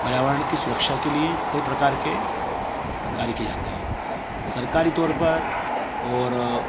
पर्यावरण की सुरक्षा के लिए कई प्रकार के कार्य किए जाते हैं सरकारी तौर पर और